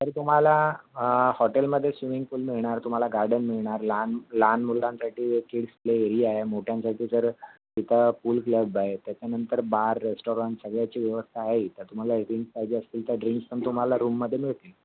तरी तुम्हाला हॉटेलमध्ये स्विमिंग पूल मिळणार तुम्हाला गार्डन मिळणार लहान लहान मुलांसाठी किड्स प्ले एरीआ आहे मोठ्यांसाठी तर तिथं पूल क्लब आहे त्याच्यानंतर बार रेस्टॉरंट सगळ्याची व्यवस्था आहे तर तुम्हाला ड्रिंक्स पाहिजे असतील तर ड्रिंक्स पण तुम्हाला रुममध्ये मिळतील